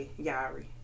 Yari